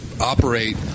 operate